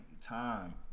time